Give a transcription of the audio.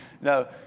No